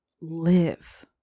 live